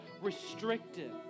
restricted